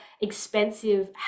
expensive